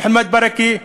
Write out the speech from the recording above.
מוחמד ברכה,